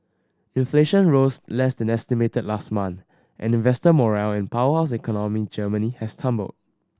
inflation rose less than estimated last month and investor morale in powerhouse economy Germany has tumbled